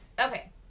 okay